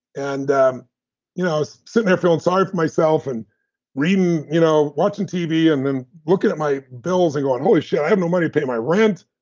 and i'm um you know so sitting here feeling sorry for myself and reading, you know watching tv and then looking at my bills and going, holy shit, i have no money to pay my rent.